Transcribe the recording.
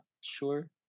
sure